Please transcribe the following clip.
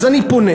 אז אני פונה